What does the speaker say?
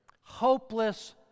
hopeless